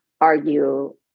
argue